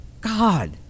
God